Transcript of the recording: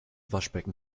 waschbecken